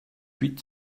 huit